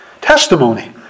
Testimony